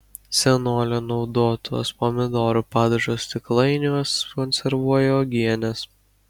senolė naudotuos pomidorų padažo stiklainiuos konservuoja uogienes